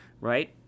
right